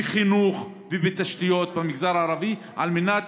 בחינוך ובתשתיות במגזר הערבי על מנת